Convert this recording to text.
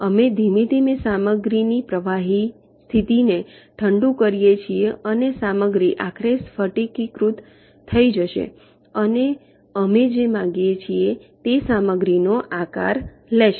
અમે ધીમે ધીમે સામગ્રીની પ્રવાહી સ્થિતિને ઠંડુ કરીએ છીએ અને સામગ્રી આખરે સ્ફટિકીકૃત થઈ જશે અને અમે જે માગીએ છીએ તે સામગ્રીનો આકાર લેશે